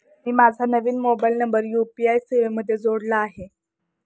मी माझा नवीन mobile number UPI सेवेमध्ये जोडला आहे